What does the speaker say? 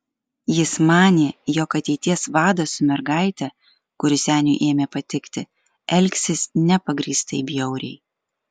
jis manė jog ateities vadas su mergaite kuri seniui ėmė patikti elgsis nepagrįstai bjauriai